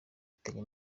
mfitanye